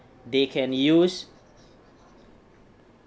they can use